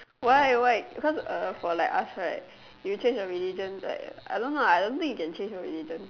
why why because uh for like for us right you change your religion like I don't know I don't think you can change your religion